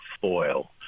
Foil